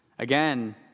Again